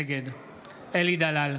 נגד אלי דלל,